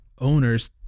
owners